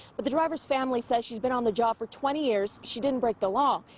but the driver's family says she's been on the job for twenty years, she didn't break the law.